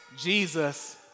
Jesus